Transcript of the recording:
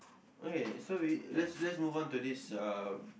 okay so we let's let's move on to this uh